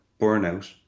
burnout